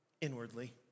inwardly